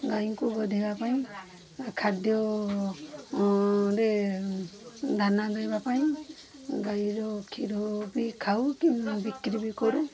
ଗାଈଙ୍କୁ ଗାଧେଇବା ପାଇଁ ଖାଦ୍ୟ ରେ ଦାନା ଦେବା ପାଇଁ ଗାଈର କ୍ଷୀର ବି ଖାଉ କି ବିକ୍ରି ବି କରୁ